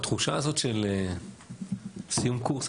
התחושה הזאת של סיום קורס,